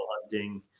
Hunting